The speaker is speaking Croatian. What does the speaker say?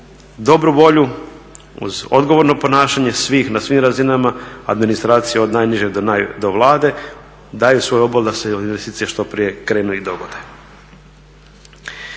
dobru volju, uz odgovorno ponašanje svih, na svim razinama, administracije od najniže do Vlade daju svoj obol da se investicije što prije krenu i dogode.